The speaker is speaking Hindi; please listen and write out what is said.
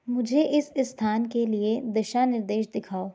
मुझे इस स्थान के लिए दिशा निर्देश दिखाओ